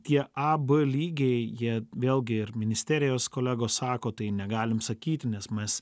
tie a b lygiai jie vėlgi ir ministerijos kolegos sako tai negalim sakyti nes mes